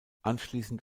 anschließend